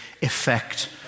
effect